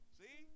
see